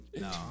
no